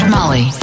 Molly